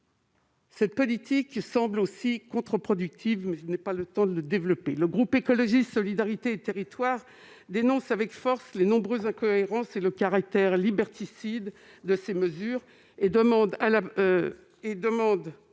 telle politique semble contre-productive, mais je n'ai pas le temps de développer ce point. Le groupe Écologiste-Solidarité et Territoires dénonce avec force les nombreuses incohérences et le caractère liberticide de ces mesures. Il faut